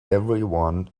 everyone